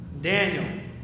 Daniel